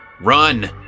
run